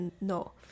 no